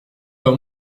pas